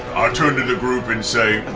i turn to the group and say,